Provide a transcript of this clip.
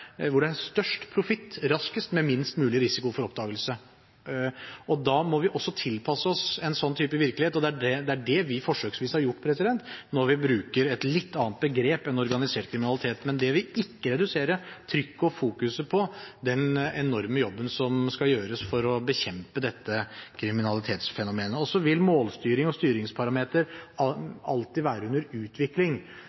størst profitt raskest, med minst mulig risiko for oppdagelse. Da må vi også tilpasse oss en sånn type virkelighet, og det er det vi forsøksvis har gjort når vi bruker et litt annet begrep enn «organisert kriminalitet». Men det vil ikke redusere trykket og fokuset på den enorme jobben som skal gjøres for å bekjempe dette kriminalitetsfenomenet. Og så vil målstyring og styringsparameter